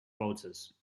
voters